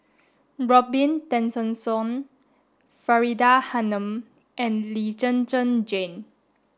Robin Tessensohn Faridah Hanum and Lee Zhen Zhen Jane